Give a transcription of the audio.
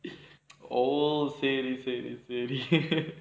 oh சரி சரி சரி:sari sari sari